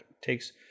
takes